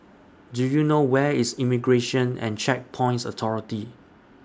Do YOU know Where IS Immigration and Checkpoints Authority